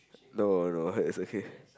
no no it's okay